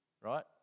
right